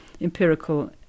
empirical